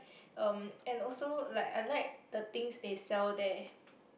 um and also like I like the things they sell there